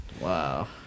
Wow